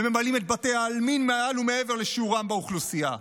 וממלאים את בתי העלמין מעל ומעבר לשיעורם באוכלוסייה,